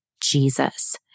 Jesus